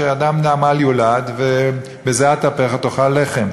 ש"אדם לעמל יולד" ו"בזֵעת אפיך תאכל לחם".